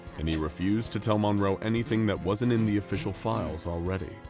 and he refused to tell monroe anything that wasn't in the official files already.